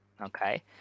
Okay